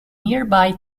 nearby